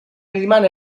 rimane